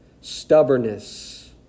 stubbornness